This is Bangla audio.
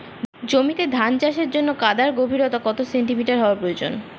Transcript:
জমিতে ধান চাষের জন্য কাদার গভীরতা কত সেন্টিমিটার হওয়া প্রয়োজন?